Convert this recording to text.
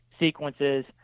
sequences